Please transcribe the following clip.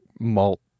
malt